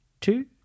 two